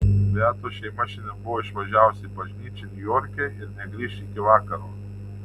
beatos šeima šiandien buvo išvažiavusi į bažnyčią niujorke ir negrįš iki vakaro